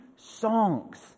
songs